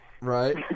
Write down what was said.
Right